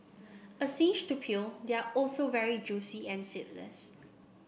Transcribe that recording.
a cinch to peel they are also very juicy and seedless